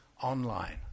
online